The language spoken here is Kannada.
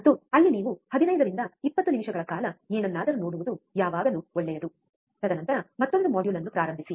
ಮತ್ತು ಅಲ್ಲಿ ನೀವು 15 ರಿಂದ 20 ನಿಮಿಷಗಳ ಕಾಲ ಏನನ್ನಾದರೂ ನೋಡುವುದು ಯಾವಾಗಲೂ ಒಳ್ಳೆಯದು ತದನಂತರ ಮತ್ತೊಂದು ಮಾಡ್ಯೂಲ್ ಅನ್ನು ಪ್ರಾರಂಭಿಸಿ